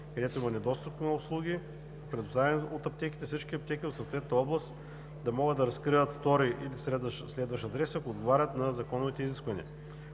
където има недостиг от услуги, предоставяни от аптеките, всички аптеки от съответната област да могат да разкриват втори/следващ адрес, ако отговарят на законовите изисквания.